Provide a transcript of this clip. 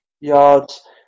yards